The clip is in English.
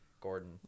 gordon